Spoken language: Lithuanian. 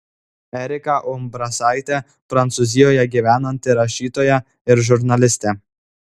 erika umbrasaitė prancūzijoje gyvenanti rašytoja ir žurnalistė